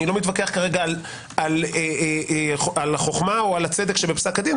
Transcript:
לא מתווכח על החוכמה או על הצדק שבפסק הדין.